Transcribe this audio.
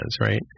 right